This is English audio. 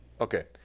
Okay